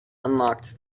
unlocked